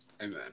Amen